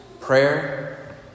Prayer